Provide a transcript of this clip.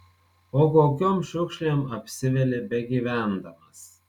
o kokiom šiukšlėm apsiveli begyvendamas